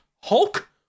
Hulk